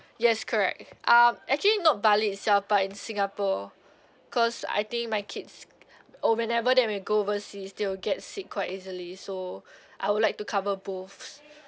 yes correct um actually not bali itself but in singapore cause I think my kids or whenever that we go overseas they will get sick quite easily so I would like to cover both